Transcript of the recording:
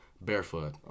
Barefoot